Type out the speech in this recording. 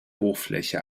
hochfläche